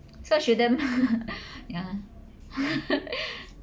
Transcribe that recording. so shouldn't yeah